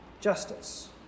justice